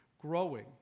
growing